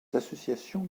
associations